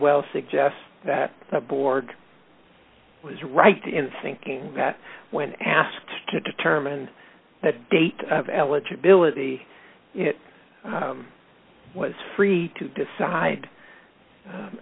well suggest that the board was right in thinking that when asked to determine the date of eligibility it was free to decide